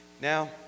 Now